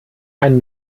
ein